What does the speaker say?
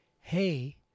hey